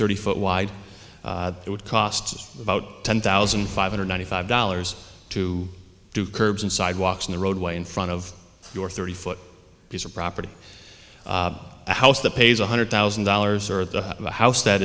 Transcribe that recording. thirty foot wide it would cost about ten thousand five hundred ninety five dollars to do curbs and sidewalks on the roadway in front of your thirty foot piece of property house that pays one hundred thousand dollars or the house that